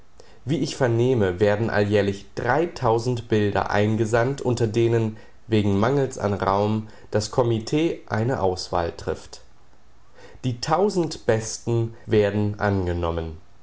wie ich vernehme werden alljährlich dreitausend bilder eingesandt unter denen wegen mangels an raum das comit eine auswahl trifft die tausend besten werden angenommen